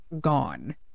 gone